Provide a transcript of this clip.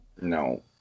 No